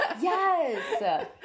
Yes